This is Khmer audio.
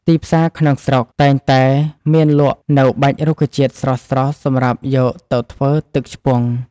ទីផ្សារក្នុងស្រុកតែងតែមានលក់នូវបាច់រុក្ខជាតិស្រស់ៗសម្រាប់យកទៅធ្វើទឹកឆ្ពង់។